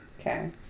Okay